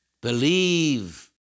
Believe